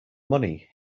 money